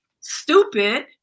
Stupid